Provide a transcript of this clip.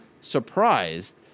surprised